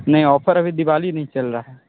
नहीं ऑफर अभी दिवाली नहीं चल रहा है